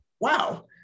wow